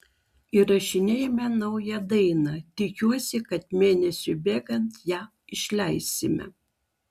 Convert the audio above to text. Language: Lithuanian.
įrašinėjame naują dainą tikiuosi kad mėnesiui bėgant ją išleisime